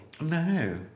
No